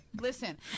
listen